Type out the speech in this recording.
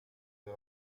the